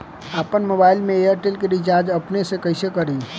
आपन मोबाइल में एयरटेल के रिचार्ज अपने से कइसे करि?